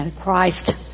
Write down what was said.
Christ